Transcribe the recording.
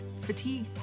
fatigue